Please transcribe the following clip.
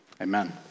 Amen